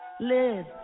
live